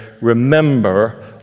remember